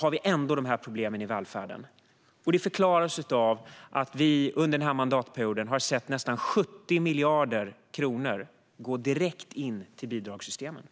har vi ändå dessa problem i välfärden. Det förklaras av att vi under denna period har sett nästan 70 miljarder kronor gå direkt in i bidragssystemen.